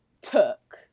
took